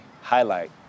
highlight